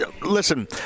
Listen